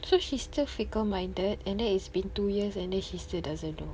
so she's still fickle-minded and then it's been two years and then she still doesn't know